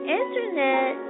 internet